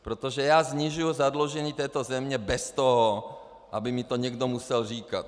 Protože já snižuji zadlužení této země bez toho, aby mi to někdo musel říkat.